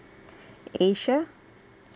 asia